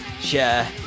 share